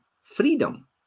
freedom